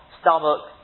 stomach